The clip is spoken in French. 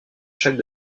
chaque